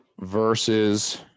versus